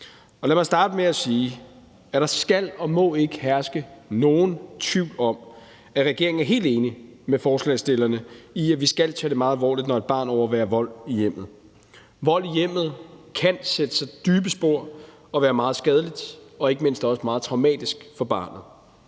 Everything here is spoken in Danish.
Lad mig starte med at sige, at der skal og må ikke herske nogen tvivl om, at regeringen er helt enig med forslagsstillerne i, at vi skal tage det meget alvorligt, når et barn overværer vold i hjemmet. Vold i hjemmet kan sætte dybe spor og være meget skadeligt og ikke mindst også meget traumatisk for barnet.